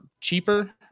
cheaper